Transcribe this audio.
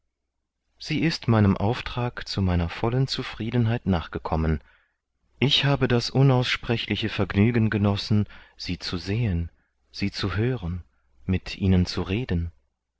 sie ist meinem auftrag zu meiner vollen zufriedenheit nachgekommen ich habe das unaussprechliche vergnügen genossen sie zu sehen sie zu hören mit ihnen zu reden